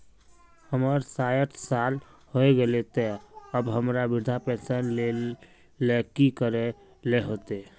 हमर सायट साल होय गले ते अब हमरा वृद्धा पेंशन ले की करे ले होते?